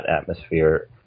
atmosphere